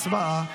הצבעה.